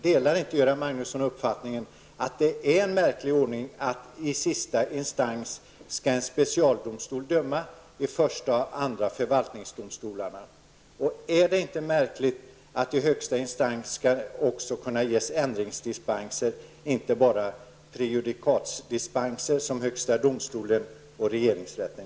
Delar inte Göran Magnusson uppfattningen att det är en märklig ordning att en speicialinstans skall döma som sista instans, under det att förvaltningsdomstolarna skall döma i första och andra instans? Är det inte märkligt att det i högsta instans också skall kunna ges ändringsdispenser och inte endast prejudikatdispenser som i högsta domstolen och regeringsrätten?